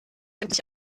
endlich